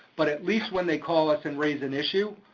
but at least when they call us and raise an issue,